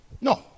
No